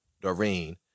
Doreen